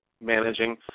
managing